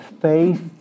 faith